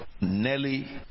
Nelly